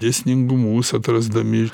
dėsningumus atrasdami